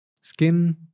Skin